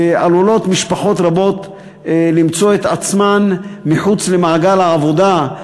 עלולות משפחות רבות למצוא את עצמן מחוץ למעגל העבודה.